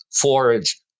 forage